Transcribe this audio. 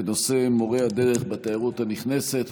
בנושא מורי הדרך בתיירות הנכנסת.